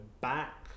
back